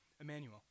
Emmanuel